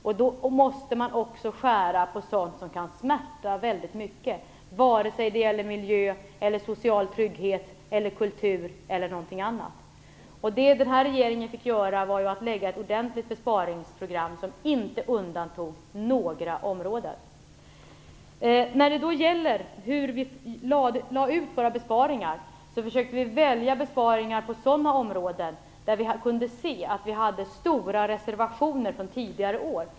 Då måste man också skära på sådant som kan smärta väldigt mycket, oavsett om det gäller miljö, social trygghet, kultur eller något annat. Vad denna regering fick göra var att den fick lägga ett ordentligt besparingsprogram som inte undantog några områden. När det gällde sättet att lägga ut våra besparingar försökte vi välja besparingar på områden där vi kunde se att vi hade stora reservationer från tidigare år.